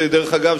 דרך אגב,